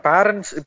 Parents